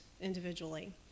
individually